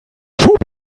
schob